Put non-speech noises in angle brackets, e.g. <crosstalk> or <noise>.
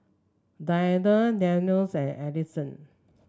Diana <unintelligible> and Ellison